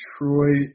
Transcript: Detroit